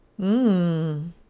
Mmm